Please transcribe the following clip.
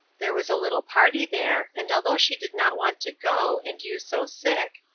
there was a little party there, and, although she did not want to go, and you so sick,